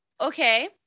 Okay